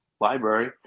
library